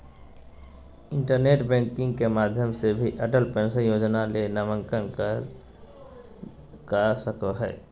internet banking के माध्यम से भी अटल पेंशन योजना ले नामंकन करल का सको हय